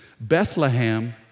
Bethlehem